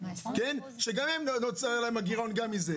שגם להם נוצר הגירעון מזה,